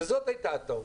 שזו הייתה הטעות.